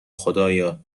خدایا